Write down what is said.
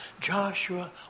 Joshua